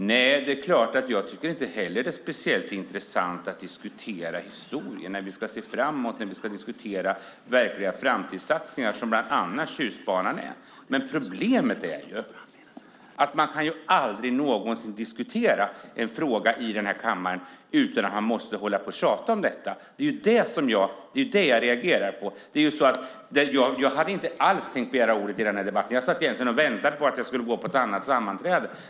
Fru talman! Jag tycker inte heller att det är speciellt intressant att diskutera historien när vi ska se framåt och diskutera verkliga framtidssatsningar, vilket bland annat Tjustbanan är. Problemet är att man aldrig någonsin kan diskutera en fråga i kammaren utan att hålla på att tjata om detta. Det är det jag reagerar på. Jag hade inte alls tänkt att begära ordet i den här debatten. Jag satt egentligen och väntade på att gå på ett annat sammanträde.